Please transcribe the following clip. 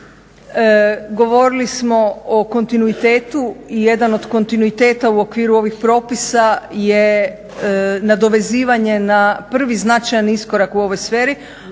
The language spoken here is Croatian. Govorili smo o kontinuitetu i jedan od kontinuiteta u okviru ovih propisa je nadovezivanje na prvi značajan iskorak u ovoj sferi